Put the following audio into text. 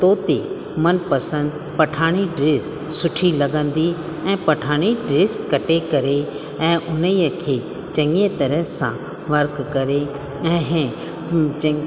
तो ते मनपसंदि पठाणी ड्रेस सुठी लॻंदी ऐं पठाणी ड्रेस कटे करे ऐं उन ई खे चङी तरहं सां वर्क करे ऐं